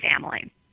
family